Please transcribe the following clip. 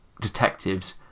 detectives